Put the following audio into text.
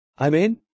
Amen